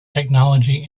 technology